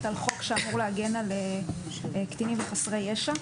על חוק שאמור להגן על קטינים וחסרי ישע,